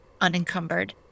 unencumbered